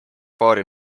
paari